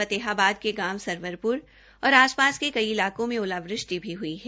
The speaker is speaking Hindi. फतेहाबाद के गांव सर्वरप्र और आस पास के कई इलाकों में आलोवृष्टि भी हई है